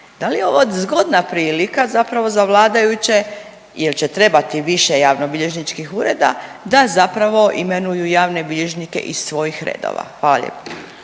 Da li je ovo zgodna prilika zapravo za vladajuće jer će trebati više javnobilježničkih ureda da zapravo imenuju javne bilježnike iz svojih redova? Hvala lijepo.